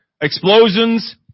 explosions